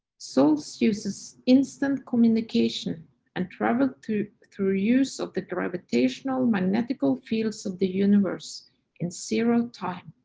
souls uses instant communication and travel through. through use of the gravitational-magnetical fields of the universe in zero-time.